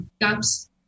gaps